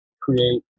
create